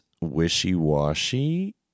wishy-washy